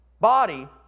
body